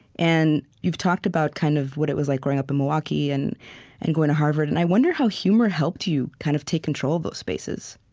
and you've talked about kind of what it was like growing up in milwaukee and and going to harvard, and i wonder how humor helped you kind of take control of those spaces